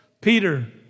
Peter